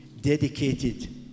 dedicated